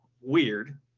weird